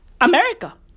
America